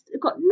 got